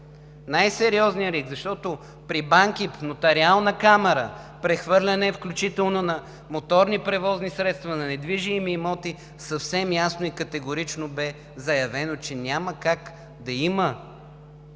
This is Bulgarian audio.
Най-сериозният риск, защото при банки, прехвърляне в Нотариална камара, включително на моторни превозни средства, на недвижими имоти съвсем ясно и категорично бе заявено, че няма как да има